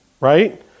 right